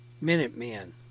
Minutemen